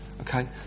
okay